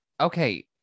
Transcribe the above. okay